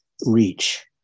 reach